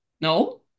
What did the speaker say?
No